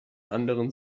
anderen